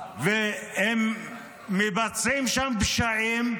הם מבצעים שם פשעים.